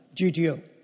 GTO